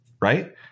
right